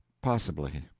possibly.